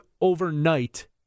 overnight